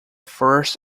first